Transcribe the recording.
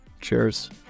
Cheers